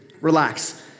relax